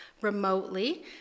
remotely